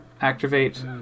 activate